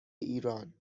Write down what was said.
ایران